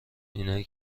اینایی